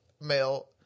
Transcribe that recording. male